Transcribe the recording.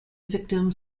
victim